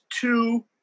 two